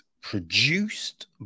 Produced